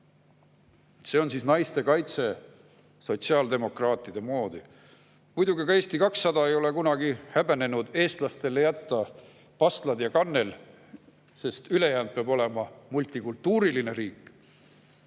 See on siis naiste kaitse sotsiaaldemokraatide moodi. Muidugi ei ole ka Eesti 200 kunagi häbenenud eestlastele jätta pastlad ja kannel, sest ülejäänu peab olema multikultuuriline riik.